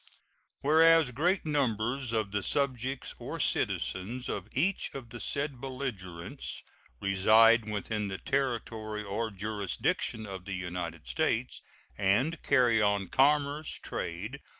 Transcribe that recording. whereas great numbers of the subjects or citizens of each of the said belligerents reside within the territory or jurisdiction of the united states and carry on commerce, trade,